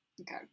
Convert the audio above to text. Okay